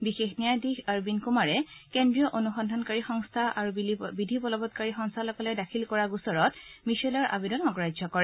বিশেষ ন্যায়াধীশ অৰবিন্দ কুমাৰে কেন্দ্ৰীয় অনুসন্ধানকাৰী সংস্থা আৰু বিধিবলবংকাৰী সঞ্চালকালয়ে দাখিল কৰা গোচৰত মিছেলৰ আবেদন অগ্ৰাহ্য কৰে